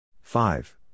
Five